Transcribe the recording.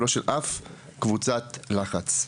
ולא של אף קבוצת לחץ.